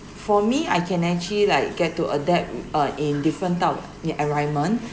for me I can actually like get to adapt uh in different type of uh environment